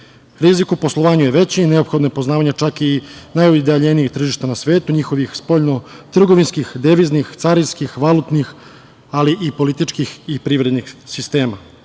Rizik u poslovanju je veći, neophodno je poznavanje čak i najudaljenijih tržišta na svetu, njihovih spoljnotrgovinskih, deviznih, carinskih, valutnih, ali i političkih i privrednih sistema.